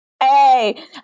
Hey